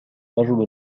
رجل